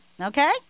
Okay